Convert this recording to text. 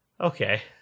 Okay